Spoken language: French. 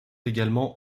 également